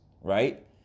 right